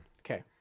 Okay